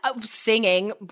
singing